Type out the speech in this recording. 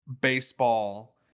baseball